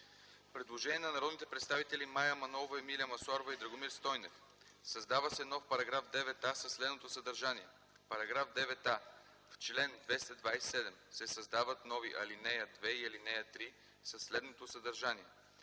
предложение на народните представители Мая Манолова, Емилия Масларова и Драгомир Стойнев – създава се нов § 9а със следното съдържание: „§ 9а. В чл. 227 се създават нови ал. 2 и ал. 3 със следното съдържание: